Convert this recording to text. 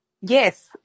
yes